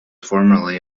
formerly